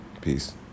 Peace